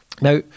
Now